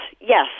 yes